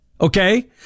okay